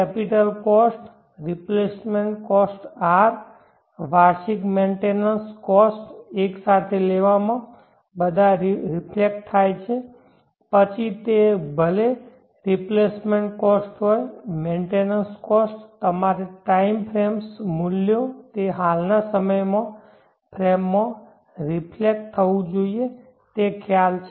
capital cost replacement cost R વાર્ષિક maintenance cost એક સાથે લેવામાં બધા રિફ્લેક્ટ થાય છે પછી ભલે તે રિપ્લેસમેન્ટ કોસ્ટ હોય મેન્ટેનન્સ કોસ્ટ તમામ ટાઇમ ફ્રેમ્સ મૂલ્યો તે હાલના સમય ફ્રેમમાં રિફ્લેક્ટ થવું જોઈએ તે ખ્યાલ છે